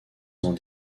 sans